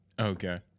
Okay